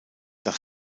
das